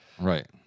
Right